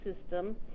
system